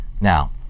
Now